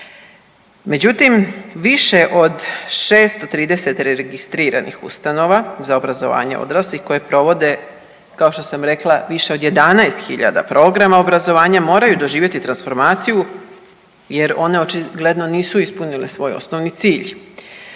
Međutim, više od 630 registriranih ustanova za obrazovanje odraslih koje provode kao što sam rekla od 11.000 programa obrazovanja moraju doživjeti transformaciju jer one očigledno nisu ispunile svoj osnovni cilj.